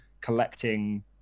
collecting